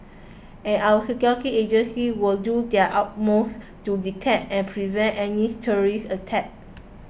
and our security agencies will do their utmost to detect and prevent any terrorist attacks